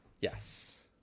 Yes